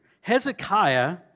Hezekiah